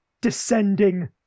descending